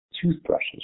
toothbrushes